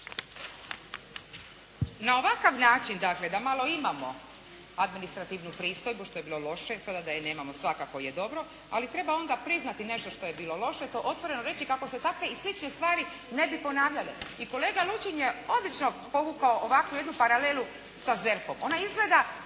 Na ovakav način dakle da malo imamo administrativnu pristojbu što je bilo loše, sada da je nemamo svakako je dobro ali treba onda priznati nešto što je bilo loše pa otvoreno reći kako se takve i slične stvari ne bi ponavljale. I kolega Lučin je odlično povukao ovakvu jednu paralelu sa ZERP-om. Ona izgleda